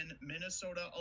Minnesota